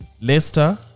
Leicester